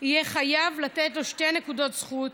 יהיה חייב לתת לו שתי נקודות זכות